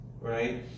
right